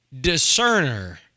discerner